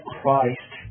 Christ